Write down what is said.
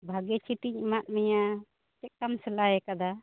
ᱵᱷᱟᱜᱮ ᱪᱷᱤᱴᱤᱧ ᱮᱢᱟᱫ ᱢᱮᱭᱟ ᱪᱮᱫᱠᱟᱢ ᱥᱮᱞᱟᱭ ᱟᱠᱟᱫᱟ